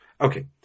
Okay